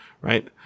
right